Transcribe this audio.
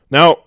Now